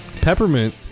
Peppermint